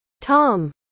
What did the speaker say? Tom